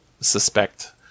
suspect